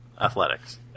Athletics